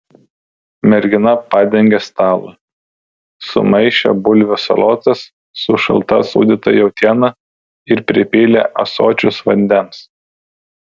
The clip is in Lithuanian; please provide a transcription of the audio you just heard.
mergina padengė stalą sumaišė bulvių salotas su šalta sūdyta jautiena ir pripylė ąsočius vandens